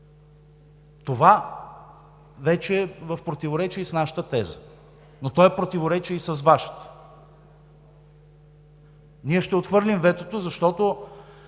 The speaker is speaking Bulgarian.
Това вече е в противоречие и с нашата теза, но то е в противоречие и с Вашата. Ние ще отхвърлим ветото, защото